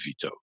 veto